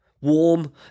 Warm